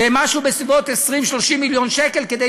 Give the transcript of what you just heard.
משהו בסביבות 30-20 מיליון שקל כדי